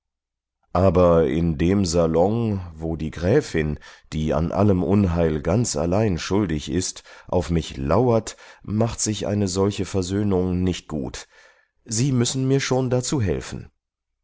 aber in dem salon wo die gräfin die an allem unheil ganz allein schuldig ist auf mich lauert macht sich eine solche versöhnung nicht gut sie müssen mir schon dazu helfen